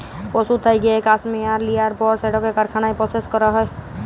পশুর থ্যাইকে ক্যাসমেয়ার লিয়ার পর সেটকে কারখালায় পরসেস ক্যরা হ্যয়